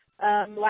last